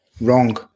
wrong